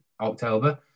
october